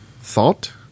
thought